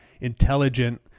intelligent